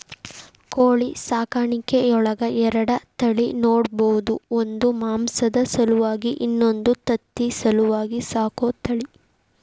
ಕೋಳಿ ಸಾಕಾಣಿಕೆಯೊಳಗ ಎರಡ ತಳಿ ನೋಡ್ಬಹುದು ಒಂದು ಮಾಂಸದ ಸಲುವಾಗಿ ಇನ್ನೊಂದು ತತ್ತಿ ಸಲುವಾಗಿ ಸಾಕೋ ತಳಿ